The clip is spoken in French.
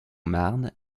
marne